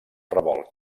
revolt